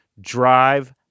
drive